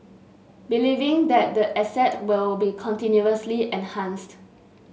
believing that the asset will be continuously enhanced